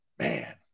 Man